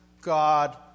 God